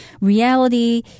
reality